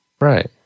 Right